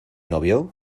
novio